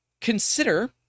consider